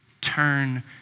Turn